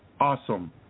awesome